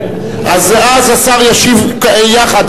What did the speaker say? אז השר ישיב יחד.